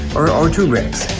or two breaks.